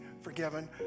forgiven